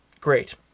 great